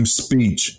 speech